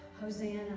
Hosanna